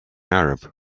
arab